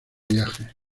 viajes